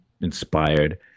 inspired